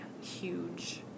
huge